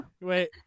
Wait